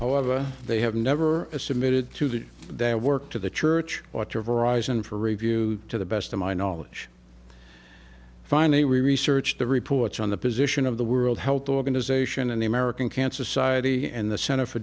however they have never submitted their work to the church watch of horizon for review to the best of my knowledge finally research the reports on the position of the world health organization and the american cancer society and the center for